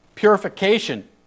Purification